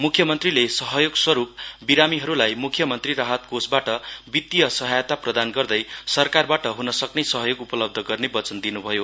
मुख्यमन्त्रीले सहयोगस्वरूप बिरामीहरूलाई मुख्यमन्त्री राहत कोषबाट वित्तीय सहायता प्रदान गर्दै सरकारबाट हुनसक्ने सहयोग उपलव्ध गर्ने वचन दिनु भयो